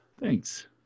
Thanks